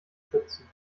schützen